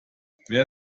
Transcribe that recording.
wer